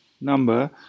Number